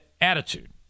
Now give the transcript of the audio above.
attitude